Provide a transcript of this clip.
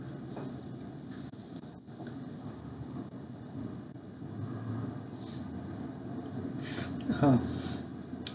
ha